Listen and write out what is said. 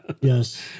Yes